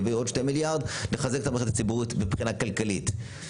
יבואו עוד 2 מיליארד לחזק את המערכת הציבורית מבחינה כלכלית.